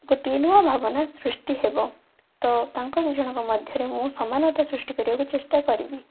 ଗୋଟିଏ ନୂଆ ଭାବନା ସୃଷ୍ଟି ହେବ ତ ତାଙ୍କ ଦି ଜଣଙ୍କ ମଧ୍ୟରେ ମୁଁ ସମାନତା ସୃଷ୍ଟି କରିବାକୁ ଚେଷ୍ଟା କରିବି